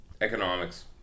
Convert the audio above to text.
Economics